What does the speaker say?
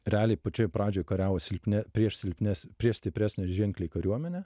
realiai pačioj pradžioj kariavo silpne prieš silpnes prieš stipresnę ženkliai kariuomenę